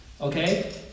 Okay